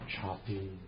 choppy